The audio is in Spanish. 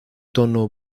tono